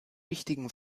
wichtigen